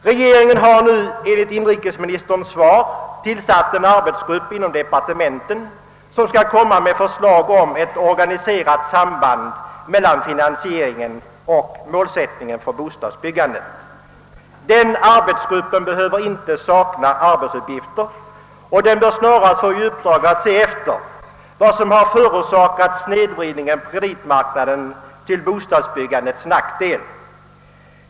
Regeringen har nu enligt vad som framgår av inrikesministerns svar tillsatt en arbetsgrupp inom departementen som skall framlägga förslag om ett organiserat samband mellan finansieringen och målsättningen för bostadsbyggandet. Den arbetsgruppen behöver inte sak na arbetsuppgifter och den bör snarast få i uppdrag att undersöka vad som förorsakat snedvridningen på kreditmarknaden till bostadsbyggandets nackdel.